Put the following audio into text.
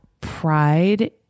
pride